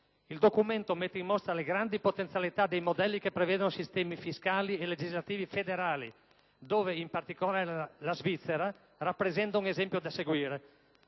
Il documento mette in mostra le grandi potenzialità dei modelli che prevedono sistemi fiscali e legislativi federali, dove in particolare la Svizzera rappresenta un esempio da seguire.